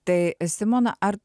tai simona ar